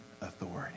authority